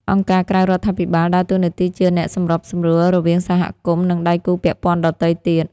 អង្គការក្រៅរដ្ឋាភិបាល ដើរតួនាទីជាអ្នកសម្របសម្រួលរវាងសហគមន៍និងដៃគូពាក់ព័ន្ធដទៃទៀត។